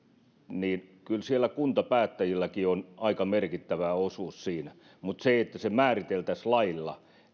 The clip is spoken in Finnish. niin että kyllä siellä kuntapäättäjilläkin on aika merkittävä osuus siinä mutta epäilen että siinä että se määriteltäisiin lailla